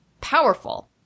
powerful